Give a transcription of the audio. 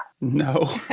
No